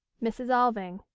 mrs. alving.